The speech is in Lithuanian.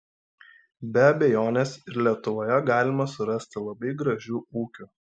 be abejonės ir lietuvoje galima surasti labai gražių ūkių